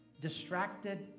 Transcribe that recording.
Distracted